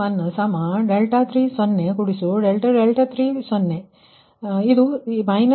837 degree 3 ಸಮಾನವಾಗಿರುತ್ತದೆ 2